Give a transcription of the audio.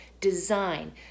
Design